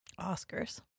Oscars